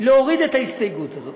להוריד את ההסתייגות הזאת.